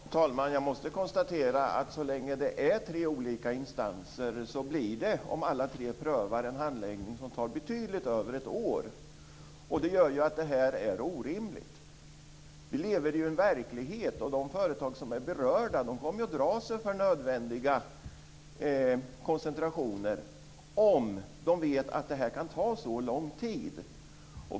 Fru talman! Jag måste konstatera att så länge det finns tre olika instanser blir det, om alla prövar ärendena, en handläggning som tar betydligt längre tid än ett år. Det gör att det hela blir orimligt. Vi lever ju i en verklighet, och de företag som är berörda kommer att dra sig för nödvändiga koncentrationer om de vet att det hela kan ta så här lång tid.